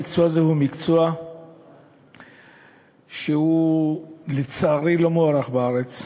שהמקצוע הזה הוא מקצוע שאינו מוערך בארץ.